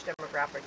demographics